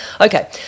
Okay